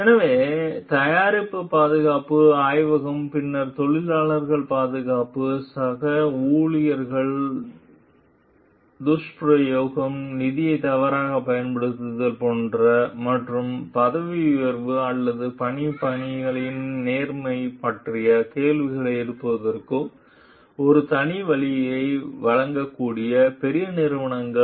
எனவே தயாரிப்பு பாதுகாப்பு ஆய்வகம் பின்னர் தொழிலாளர் பாதுகாப்பு சக ஊழியர்கள் துஷ்பிரயோகம் நிதியை தவறாகப் பயன்படுத்துதல் போன்றவை மற்றும் பதவி உயர்வு அல்லது பணி பணிகளில் நேர்மை பற்றிய கேள்விகளை எழுப்புவதற்கு ஒரு தனி வழியை வழங்கக்கூடிய பெரிய நிறுவனங்களுக்கு